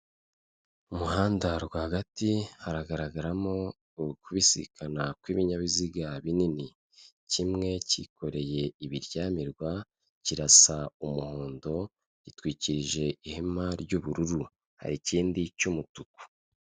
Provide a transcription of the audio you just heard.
Mu muhanda rwagati haragaragaramo ukubisikana kw'ibinyabiziga binini, kimwe kikoreye ibiryamirwa kirasa umuhondo gitwikirije ihema ry'ubururu, hari ikindi cy'umutuku.